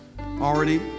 already